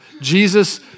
Jesus